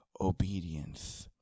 obedience